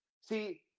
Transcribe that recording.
See